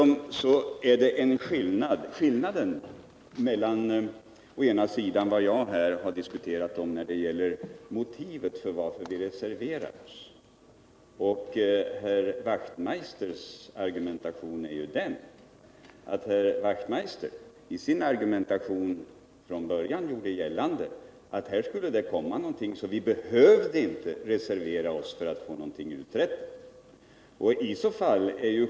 Skillnaden mellan å ena sidan vad jag här har diskuterat om motivet för att vi reserverar oss och å andra sidan Hans Wachtmeisters argumentation är ju den att Hans Wachtmeister från början gjorde gällande att här skulle det komma någonting, så vi behövde inte reservera oss för att få någonting uträttat.